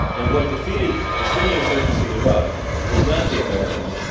and what defeated the sunni insurgency in iraq was not the american